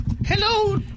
Hello